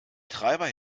treiber